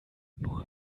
nur